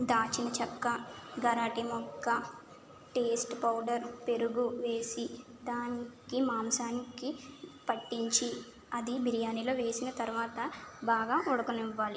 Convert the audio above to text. దాల్చిన చెక్క గరాటే మొక్కటేస్ట్ పౌడర్ పెరుగు వేసి దానికి మాంసానికి పట్టించి అది బిర్యానీలో వేసిన తర్వాత బాగా ఉడకనివ్వాలి